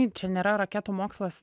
čia nėra raketų mokslas